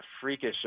freakish